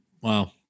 Wow